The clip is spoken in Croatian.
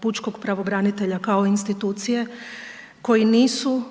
pučkog pravobranitelja kao institucije koji nisu